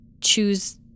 choose